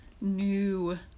new